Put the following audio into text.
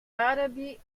arabi